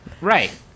right